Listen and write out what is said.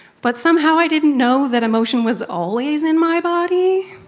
but somehow i didn't know that emotion was always in my body.